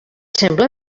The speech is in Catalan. sembla